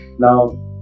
Now